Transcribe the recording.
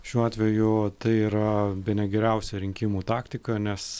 šiuo atveju tai yra bene geriausia rinkimų taktika nes